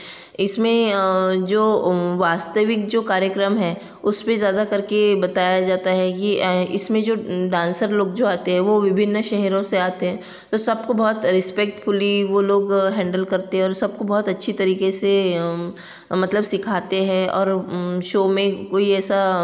इसमें जो वास्तविक जो कार्यक्रम है उस पर ज़्यादा करके बताया जाता है कि इसमें जो डांसर लोग जो आते हैं वह विभिन्न शहरों से आते हैं तो सबको बहुत रेस्पेक्टफुली वह लोग हैंडल करते हैं और सबको बहुत अच्छे तरीके से मतलब सिखाते हैं और शो में कोई ऐसा